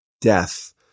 death